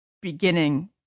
beginning